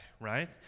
right